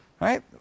Right